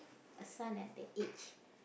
a son at that age